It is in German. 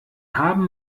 haben